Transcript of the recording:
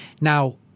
Now